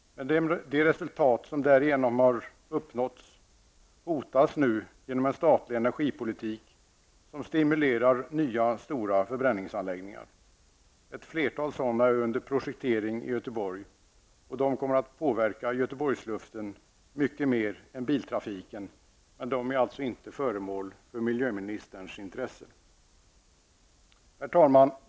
Men de resultat som därigenom har uppnåtts hotas nu genom en statlig energipolitik som stimulerar nya stora förbränningsanläggningar. Ett flertal sådana är under projektering i Göteborg och de kommer att påverka Göteborgsluften mycket mer än biltrafiken men är alltså inte föremål för miljöministerns intresse. Herr talman!